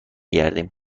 گردیم